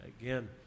again